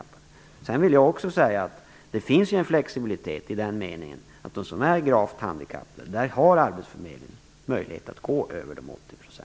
Jag vill också säga att det finns en flexibilitet i den meningen att arbetsförmedlingen har möjlighet att gå över 80 % för dem som är gravt handikappade.